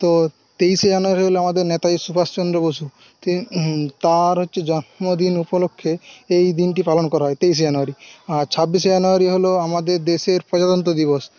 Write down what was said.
তো তেইশে জানুয়ারি হল আমাদের নেতাজি সুভাষচন্দ্র বসু তাঁর হচ্ছে জন্মদিন উপলক্ষ্যে এই দিনটি পালন করা হয় তেইশে জানুয়ারি আর ছাব্বিশে জানুয়ারি হলো আমাদের দেশের প্রজাতন্ত্র দিবস